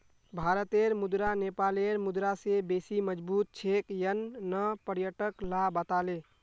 भारतेर मुद्रा नेपालेर मुद्रा स बेसी मजबूत छेक यन न पर्यटक ला बताले